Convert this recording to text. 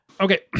Okay